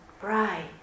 bright